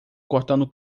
cortando